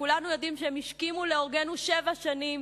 וכולנו יודעים שהם השכימו להורגנו שבע שנים,